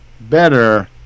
better